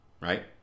Right